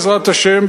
בעזרת השם,